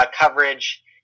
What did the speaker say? coverage